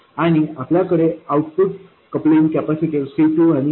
आणि आपल्याकडे output coupling capacitor C2आणि RL